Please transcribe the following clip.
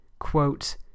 quote